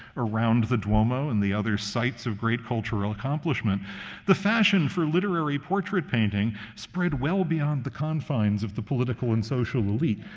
around the duomo and the other sites of great cultural accomplishment the fashion for literary portrait painting spread well beyond the confines of the political and social elite.